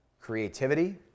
creativity